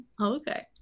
Okay